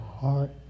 heart